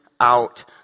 out